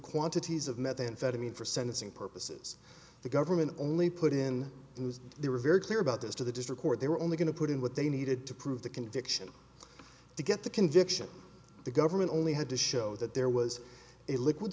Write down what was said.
quantities of methamphetamine for sentencing purposes the government only put in and they were very clear about this to the district court they were only going to put in what they needed to prove the conviction to get the conviction the government only had to show that there was a liquid